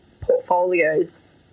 portfolios